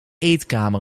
eetkamer